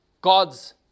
God's